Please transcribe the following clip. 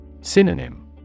Synonym